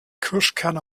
kirschkerne